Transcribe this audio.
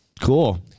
Cool